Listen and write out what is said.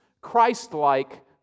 Christ-like